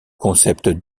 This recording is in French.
concept